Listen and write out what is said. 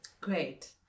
Great